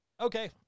okay